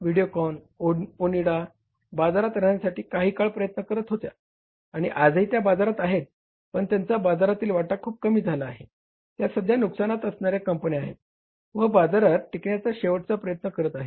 व्हिडिओकॉन ओनिडा बाजारात राहण्यासाठी काही काळ प्रयत्न करत होत्या आणि आजही त्या बाजारात आहेत पण त्यांचा बाजारातील वाटा खूप कमी झाला आहे त्या सध्या नुकसानात असणाऱ्या कंपन्या आहेत व बाजारात टिकण्याचा शेवटचा प्रयत्न करत आहेत